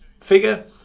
figure